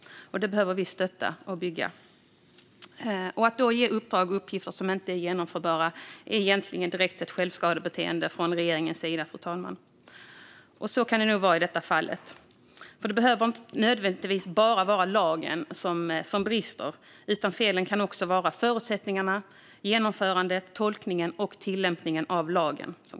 Det behöver vi stötta och bygga vidare på. Att ge uppdrag och uppgifter som inte är genomförbara är egentligen ett direkt självskadebeteende från regeringens sida, fru talman. Så kan det nog vara i detta fall. Det behöver inte nödvändigtvis bara vara lagen som brister, utan felen kan också ligga i att det finns brister i förutsättningarna, genomförandet, tolkningen och tillämpningen av lagen.